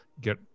get